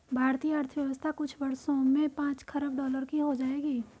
भारतीय अर्थव्यवस्था कुछ वर्षों में पांच खरब डॉलर की हो जाएगी